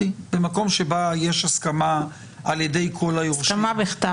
שבמקום שבו יש הסכמה על ידי כל היורשים -- הסכמה בכתב.